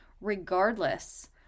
regardless